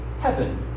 heaven